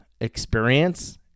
experience